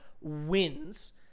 wins